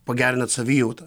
pagerinat savijautą